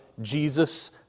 Jesus